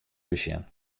besjen